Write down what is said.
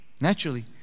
Naturally